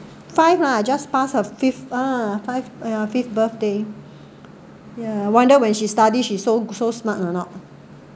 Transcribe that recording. five lah just pass her fifth ah five ya fifth birthday yeah wonder when she study she so so smart or not